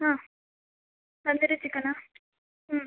ಹಾಂ ತಂದೂರಿ ಚಿಕನ್ನಾ ಹ್ಞೂ